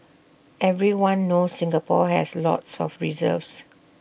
everyone knows Singapore has lots of reserves